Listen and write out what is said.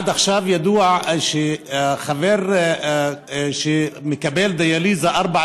עד עכשיו ידוע שחבר שמקבל דיאליזה ארבע